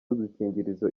udukingirizo